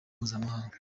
mpuzamahanga